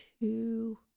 two